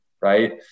Right